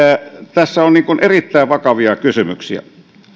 tässä on erittäin vakavia kysymyksiä